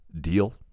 deal